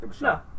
no